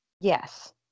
Yes